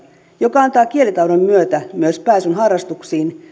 joka antaa kielitaidon myötä myös pääsyn harrastuksiin